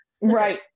right